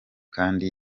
kandi